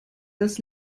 das